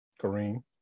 Kareem